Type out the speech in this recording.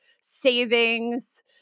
savings